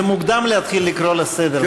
זה מוקדם להתחיל לקרוא לסדר,